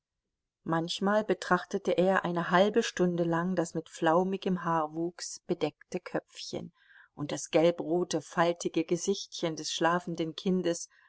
manchmal betrachtete er eine halbe stunde lang das mit flaumigem haarwuchs bedeckte köpfchen und das gelbrote faltige gesichtchen des schlafenden kindes